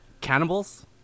cannibals